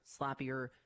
sloppier